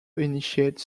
initiate